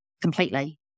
completely